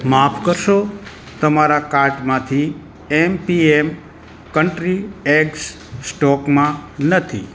માફ કરશો તમારા કાર્ટમાંથી એમપીએમ કન્ટ્રી એગ્સ સ્ટોકમાં નથી